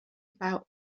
about